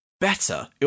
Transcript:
better